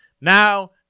Now